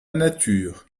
nature